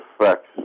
effects